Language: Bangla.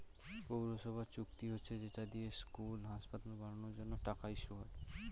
পৌরসভার চুক্তি হচ্ছে যেটা দিয়ে স্কুল, হাসপাতাল বানানোর জন্য টাকা ইস্যু হয়